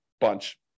bunch